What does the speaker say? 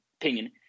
opinion